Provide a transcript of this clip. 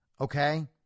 Okay